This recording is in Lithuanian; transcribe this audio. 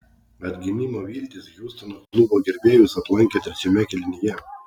atgimimo viltys hjustono klubo gerbėjus aplankė trečiame kėlinyje